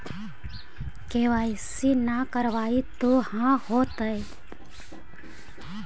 KYC न करवाई तो का हाओतै?